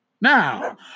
Now